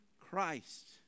Christ